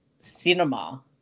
cinema